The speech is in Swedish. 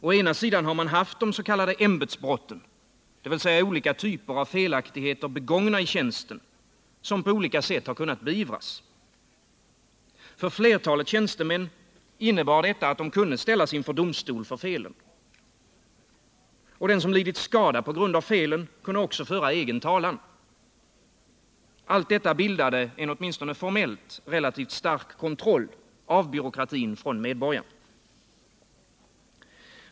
Å ena sidan har man haft de s.k. ämbetsbrotten, dvs. olika typer av felaktigheter begångna i tjänsten, som på olika sätt har kunnat beivras. För flertalet tjänstemän innebar detta att de kunde ställas inför domstol för felen. Den som lidit skada på grund av felen kunde också föra egen talan. Allt detta bildade en åtminstone formellt relativt stark kontroll av byråkratin från medborgarna.